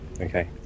Okay